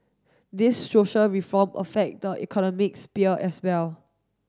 these social reform affect the economic sphere as well